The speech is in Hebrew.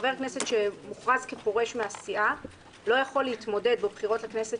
חבר כנסת שמוכרז כפורש מהסיעה לא יכול להתמודד בבחירות לכנסת